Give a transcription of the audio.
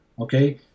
okay